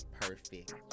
perfect